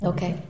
Okay